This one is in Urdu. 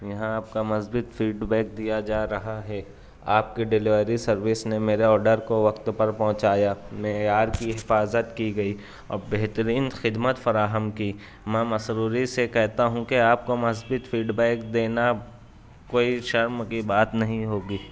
یہاں آپ کا مثبت فیڈ بیک دیا جا رہا ہے آپ کی ڈلیوری سروس نے میرا آرڈر کو وقت پر پہنچایا میرے یار کی حفاظت کی گئی اور بہترین خدمت فراہم کی میں مسروری سے کہتا ہوں کہ آپ کو مثبت فیڈ بیک دینا کوئی شرم کی بات نہیں ہوگی